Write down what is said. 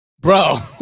Bro